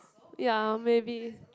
ya maybe